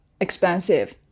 expensive